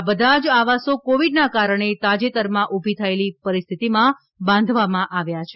આ બધા જ આવાસો કોવીડના કારણે તાજેતરમાં ઉભી થયેલી પરિસ્થિતિમાં બાંધવામાં આવ્યા છે